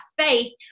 faith